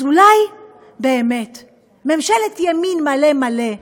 אז אולי באמת ממשלת ימין מלא מלא,